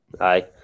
Aye